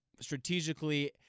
strategically